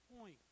point